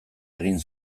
egin